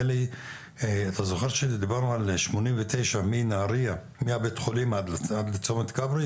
אתה זוכר שדיברנו על 89 מבית חולים בנהריה עד לצומת כברי?